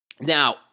Now